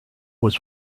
was